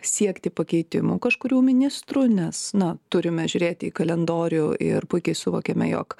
siekti pakeitimų kažkurių ministrų nes na turime žiūrėti į kalendorių ir puikiai suvokiame jog